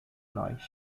nós